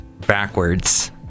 backwards